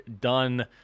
done